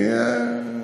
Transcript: לא יודע.